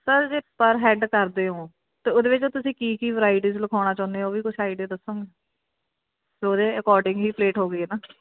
sir ਜੇ per head ਕਰਦੇ ਓਂ ਤਾਂ ਉਹਦੇ ਵਿੱਚ ਤੁਸੀਂ ਕੀ ਕੀ ਵਰਾਈਟੀਜ਼ ਲਿਖਾਉਣਾ ਚਾਹੁੰਦੇ ਹੋ ਵੀ ਕੁਝ ਆਈਡੀਆ ਦੱਸੋਂ ਉਹਦੇ ਅਕੋਡਿੰਗ ਹੀ ਪਲੇਟ ਹੋ ਗਈ ਨਾ